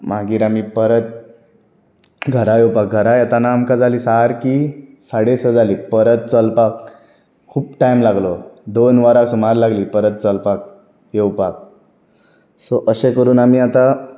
मागीर आमी परत घरा येवपाक घरा येताना आमकां जालीं सारकीं साडे स जालीं परत चलपाक खूब टाय्म लागलो दोन वरां सुमार लागलीं परत चलपाक येवपाक सो अशें करून आमी आतां